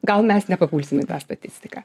gal mes nepapulsim į tą statistiką